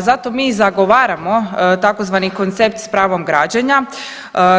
Zato mi zagovaramo tzv. koncept s pravom građenja